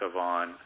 on